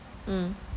mm